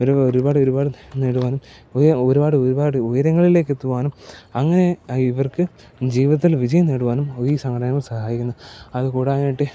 ഒരു ഒരുപാട് ഒരുപാട് നേടുവാനും ഒരുപാട് ഒരുപാട് ഉയരങ്ങളിലേക്കെത്തുവാനും അങ്ങനെ ഇവർക്ക് ജീവിതത്തിൽ വിജയം നേടുവാനും ഈ സംഘടനകൾ സഹായിക്കുന്നു അത് കൂടാനായിട്ട്